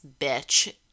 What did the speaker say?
bitch